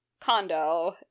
condo